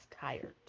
tired